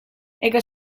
ega